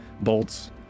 bolts